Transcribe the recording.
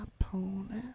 opponent